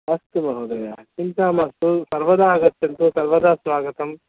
अस्तु महोदय चिन्ता मास्तु सर्वदा आगच्छन्तु सर्वदा स्वागतम्